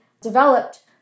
developed